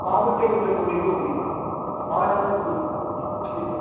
हां ते चलो चलो निकलो फ्ही आया अ'ऊं ठीक